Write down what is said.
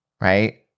Right